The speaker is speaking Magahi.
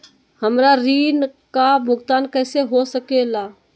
हमरा ऋण का भुगतान कैसे हो सके ला?